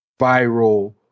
viral